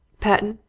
patten,